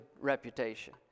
reputation